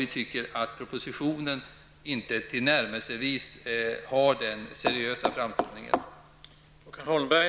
Vi tycker inte att propositionen tillnärmelsevis har denna seriösa framtoning.